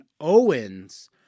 Owens